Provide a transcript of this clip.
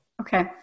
Okay